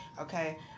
Okay